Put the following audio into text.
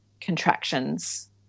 contractions